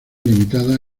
limitada